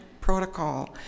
protocol